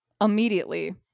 immediately